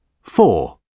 four